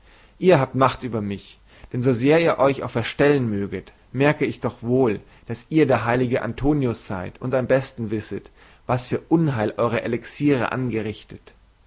ihr habt macht über mich denn so sehr ihr euch auch verstellen möget merke ich doch wohl daß ihr der heilige antonius seid und am besten wisset was für unheil eure elixiere angerichtet